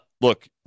Look